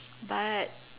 but